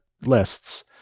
lists